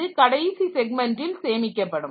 இது கடைசி செக்மென்ட்டில் சேமிக்கப்படும்